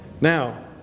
Now